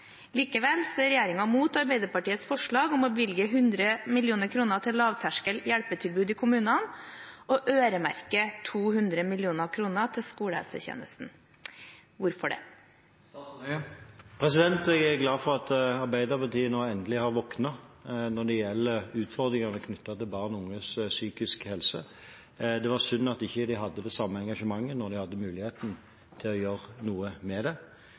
er regjeringen mot Arbeiderpartiets forslag om å bevilge 100 mill. kroner til lavterskel hjelpetilbud i kommunene og øremerke 200 mill. kroner til skolehelsetjenesten. Hvorfor det?» Jeg er glad for at Arbeiderpartiet nå endelig har våknet når det gjelder utfordringene knyttet til barn og unges psykiske helse. Det var synd at de ikke hadde det samme engasjementet da de hadde muligheten til å gjøre noe med det.